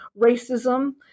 racism